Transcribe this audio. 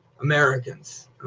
Americans